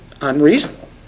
Unreasonable